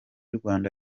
rwanda